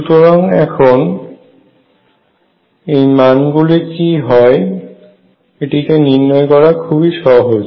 সুতরাং এখন এই মানগুলি কি হয় এটিকে নির্ণয় করা খুবই সহজ